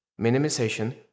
Minimization